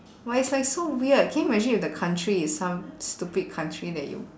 but it's like so weird can you imagine if the country is some stupid country that you